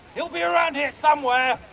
he'll be around here somewhere!